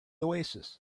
oasis